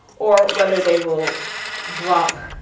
or whether they will drop,